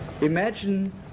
Imagine